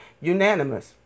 unanimous